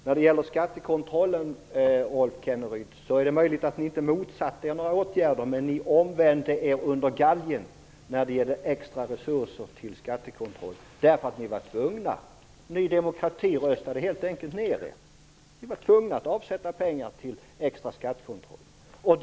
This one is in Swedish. När det gäller skattekontrollen, Rolf Kenneryd, är det möjligt att ni inte motsatte er några åtgärder. Men ni omvände er under galgen när det gällde extra resurser till skattekontroll, därför att ni var tvungna. Ny demokrati röstade helt enkelt emot er. Ni tvingades att avsätta pengar till extra skattekontroll.